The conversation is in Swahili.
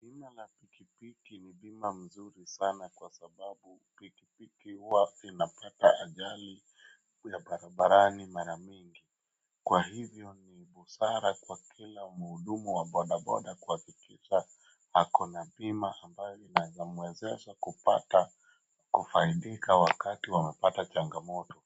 Bima la pikipiki ni bima mzuri sana kwa sababu pikipiki hua inapata ajali ya barabarani mara mingi. Kwa hivyo ni busara kwa kila mhudumu wa bodaboda kuhakikisha ako na bima ambayo inaeza mwezesha kupata kufaidika wakati wamepata changamoto.